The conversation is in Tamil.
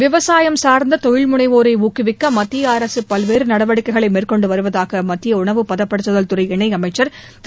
விவசாயம் சார்ந்த தொழில் முனைவோரை ஊக்குவிக்க மத்திய அரசு பல்வேறு நடவடிக்கைகளை மேற்கொண்டு வருவதாக மத்திய உணவு பதப்படுத்துதல் துறை இணையமைச்சர் திரு